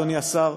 אדוני השר,